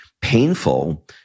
painful